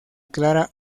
clara